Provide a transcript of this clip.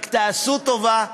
רק תעשו טובה,